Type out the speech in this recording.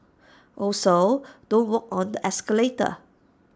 also don't walk on the escalator